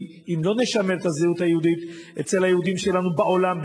כי אם לא נשמר את הזהות היהודית אצל היהודים שלנו בעולם,